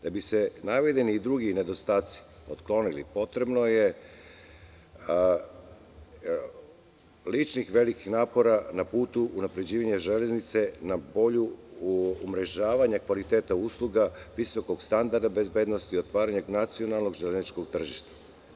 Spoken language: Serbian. Da bi se navedeni drugi nedostaci otklonili potrebno je ličnih velikih napora na putu unapređivanja Železnice na bolje umrežavanje kvaliteta usluga visokog standarda bezbednosti i otvaranja nacionalnog železničkog tržišta.